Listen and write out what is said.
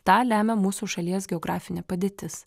tą lemia mūsų šalies geografinė padėtis